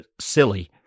silly